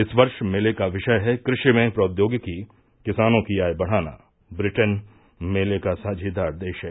इस वर्ष मेले का विषय है कृषि में प्रौद्योगिकीरू किसानों की आय बढ़ाना ब्रिटेन मेले का साझीदार देश है